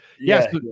yes